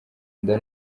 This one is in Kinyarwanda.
nda